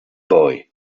boy